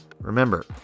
Remember